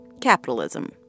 capitalism